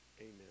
amen